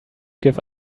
give